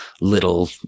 little